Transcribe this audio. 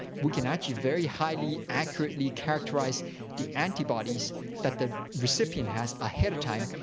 we can actually very highly accurately characterize the antibodies that the recipient has, ahead of time,